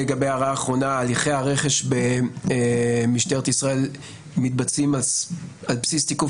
הליכי הרכש במשטרת ישראל מתבצעים על בסיס תיקוף